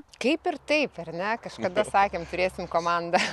kaip ir taip ar ne kažkada sakėm turėsim komandą